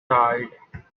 tide